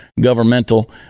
governmental